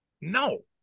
No